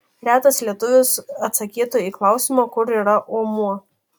retas lietuvis atsakytų į klausimą kur yra omuo